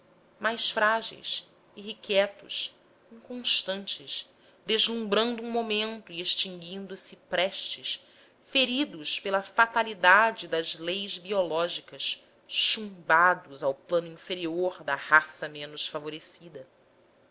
mas frágeis irrequietos inconstantes deslumbrando um momento e extinguindo se prestes feridos pela fatalidade das leis biológicas chumbados ao plano inferior da raça menos favorecida